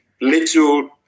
little